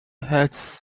has